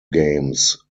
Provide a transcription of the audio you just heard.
games